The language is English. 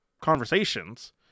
conversations